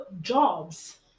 jobs